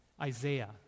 Isaiah